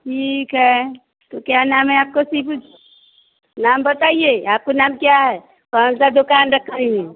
ठीक है तो क्या नाम है आपको नाम बताइए आपको नाम क्या है कौनसी दुकान